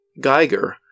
Geiger